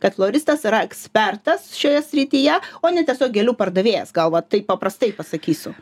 kad floristas yra ekspertas šioje srityje o ne tiesiog gėlių pardavėjas gal va taip paprastai pasakysiu